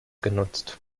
genutzt